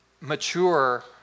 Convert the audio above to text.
mature